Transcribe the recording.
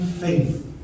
faith